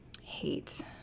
hate